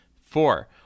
Four